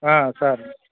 sir